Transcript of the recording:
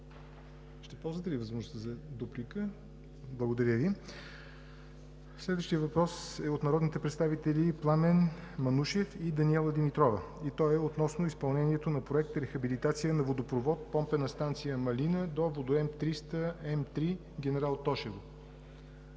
Петя Аврамова.) Благодаря Ви. Следващият въпрос е от народните представители Пламен Манушев и Даниела Димитрова. Той е относно изпълнението на проект „Рехабилитация на водопровод Помпена станция Малина до водоем 300 м3 – Генерал Тошево“.